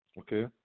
Okay